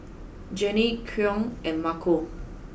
Jannie Koen and Marco